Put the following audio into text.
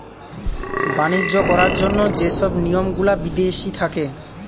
বাণিজ্য করার জন্য যে সব নিয়ম গুলা বিদেশি থাকে